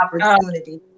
opportunity